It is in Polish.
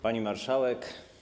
Pani Marszałek!